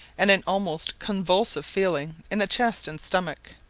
and an almost convulsive feeling in the chest and stomach.